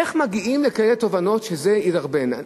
איך מגיעים לכאלה תובנות שזה ידרבן?